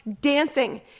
dancing